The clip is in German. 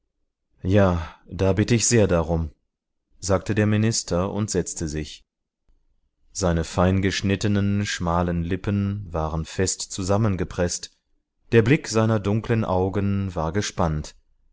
ja da bitt ich sehr darum sagte der minister und setzte sich seine feingeschnittenen schmalen lippen waren fest zusammengepreßt der blick seiner dunklen augen war gespannt